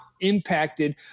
impacted